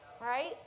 right